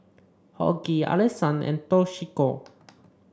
Hughie Allison and Toshiko